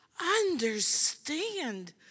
Understand